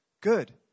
Good